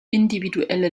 individuelle